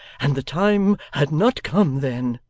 and the time had not come then.